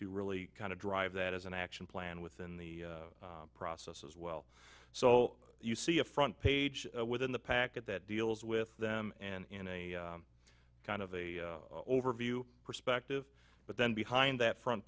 to really kind of drive that as an action plan within the process as well so you see a front page within the packet that deals with them and in a kind of a overview perspective but then behind that front